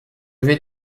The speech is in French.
vais